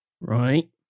Right